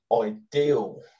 ideal